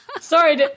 Sorry